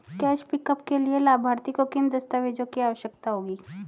Cash pickup के लिए लाभार्थी को किन दस्तावेजों की आवश्यकता होगी?